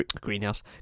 greenhouse